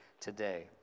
today